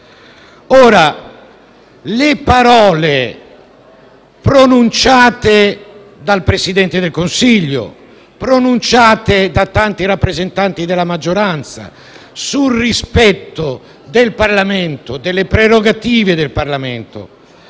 le parole pronunciate dal Presidente del Consiglio e pronunciate da tanti rappresentanti della maggioranza sul rispetto del Parlamento e delle prerogative del Parlamento